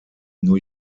new